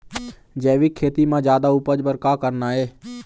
जैविक खेती म जादा उपज बर का करना ये?